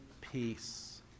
peace